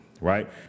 right